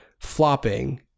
flopping